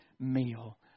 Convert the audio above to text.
meal